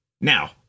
Now